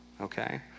Okay